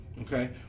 Okay